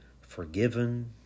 forgiven